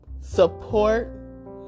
support